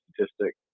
statistic